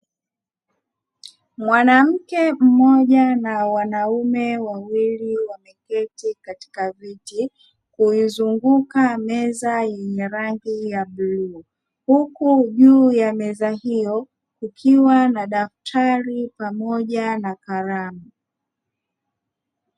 Mwanamke mmoja na wanaume wawili wameketi katika viti kuizunguka meza yenye rangi ya bluu huku juu ya meza hiyo kukiwa na daftari pamoja na kalamu.